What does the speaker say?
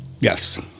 Yes